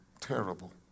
terrible